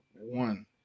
one